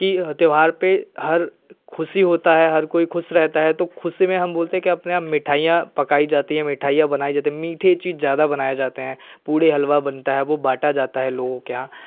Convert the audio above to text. कि त्यौहार पर हर ख़ुशी होती है हर कोई ख़ुश रहता है तो ख़ुशी में हम बोलते हैं अपने आप मिठाइयाँ पकाई जाती हैं मिठाइयाँ बनाई जाती है मीठे चीज़ ज़्यादा बनाया जाता है पूड़ी हलवा बनता है वह बांटा जाता है लोगों के यहाँ